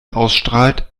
ausstrahlt